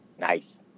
Nice